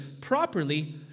properly